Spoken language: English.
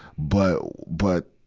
but, but,